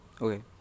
okay